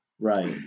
Right